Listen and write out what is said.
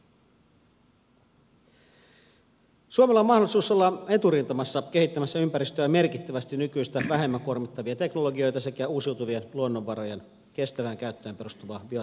suomella on mahdollisuus olla eturintamassa kehittämässä ympäristöä merkittävästi nykyistä vähemmän kuormittavia teknologioita sekä uusiutuvien luonnonvarojen kestävään käyttöön perustuvaa biotaloutta